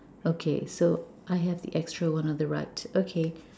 okay so I have the extra one on the right okay